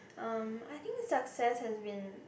um I think success has been